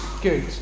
good